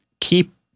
keep